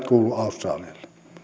kuulu australialle